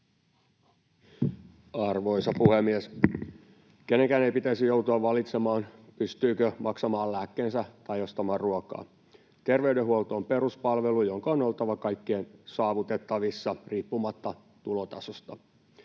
Arvoisa puhemies! Kenenkään ei pitäisi joutua valitsemaan, pystyykö maksamaan lääkkeensä tai ostamaan ruokaa. Terveydenhuolto on peruspalvelu, jonka on oltava kaikkien saavutettavissa riippumatta tulotasosta.